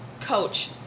coach